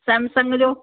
Samsung जो